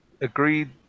agreed